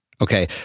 Okay